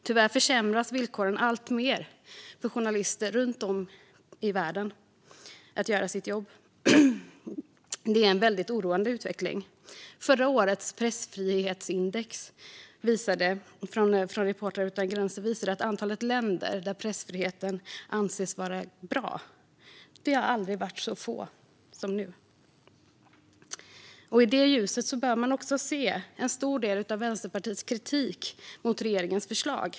Tyvärr försämras journalisters villkor för att göra sitt jobb alltmer runt om i världen. Detta är en väldigt oroande utveckling. Förra årets pressfrihetsindex från Reportrar utan gränser visade att antalet länder där pressfriheten anses vara bra aldrig har varit så lågt som nu. I det ljuset bör man också se en stor del av Vänsterpartiets kritik mot regeringens förslag.